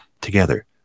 together